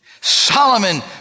Solomon